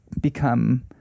become